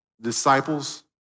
Disciples